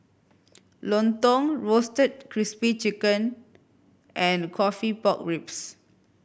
lontong Roasted Crispy Chicken and coffee pork ribs